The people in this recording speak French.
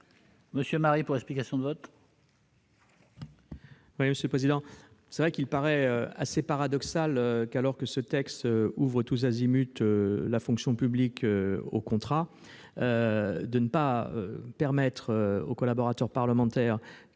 Didier Marie, pour explication de vote.